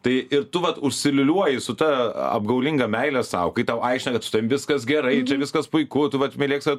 tai ir tu vat užsiliūliuoji su ta apgaulinga meile sau kai tau aiškina kad su tavim viskas gerai čia viskas puiku tu vat mylėk save